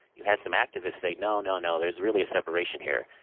you had some activists say, no, no, no. there's really a separation here.